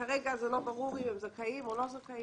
כרגע לא ברור אם הם זכאים או לא זכאים